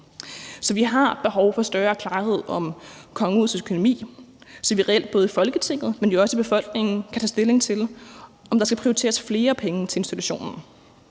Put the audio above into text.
Så vi har behov for større klarhed om kongehusets økonomi, så vi reelt både i Folketinget, men jo også i befolkningen kan tage stilling til, om der skal prioriteres flere penge til institutionen.